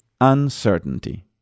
uncertainty